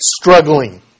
struggling